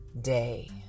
day